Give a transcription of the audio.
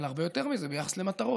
אבל הרבה יותר מזה, ביחס למטרות.